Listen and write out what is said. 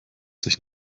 sich